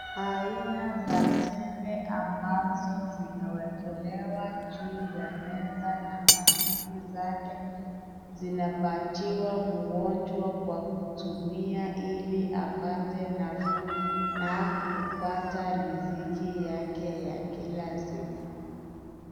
Aina za tembe ambazo zimewekelewa juu ya meza na pakiti zake zinapatiwa mgonjwa kwa kutumia ili apate nafu na kupata riziki yake ya kila siku.